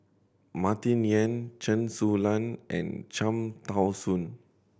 Martin Yan Chen Su Lan and Cham Tao Soon